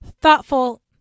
thoughtful